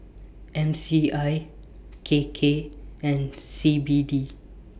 M C I K K and C B D